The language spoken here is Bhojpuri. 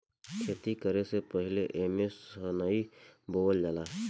खेती करे से पहिले एमे सनइ बोअल जाला